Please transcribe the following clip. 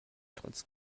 trotz